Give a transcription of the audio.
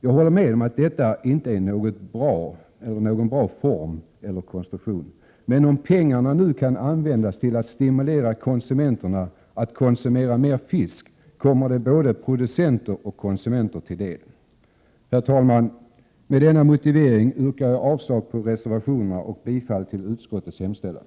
Jag håller med om att detta inte är någon bra form eller konstruktion. Men om pengarna kan användas till att stimulera konsumenterna till att konsumera mera fisk, kommer det både producenter och konsumenter till del. Herr talman! Med denna motivering yrkar jag avslag på reservationerna och bifall till utskottets hemställan.